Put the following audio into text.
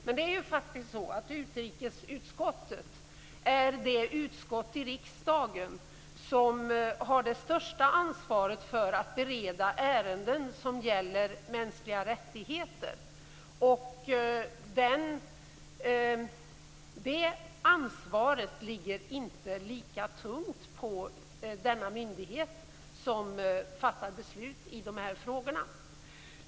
Men det är faktiskt så att utrikesutskottet är det utskott i riksdagen som har det största ansvaret för att bereda ärenden som gäller mänskliga rättigheter. Det ansvaret ligger inte lika tungt på den myndighet som fattar beslut i de här frågorna.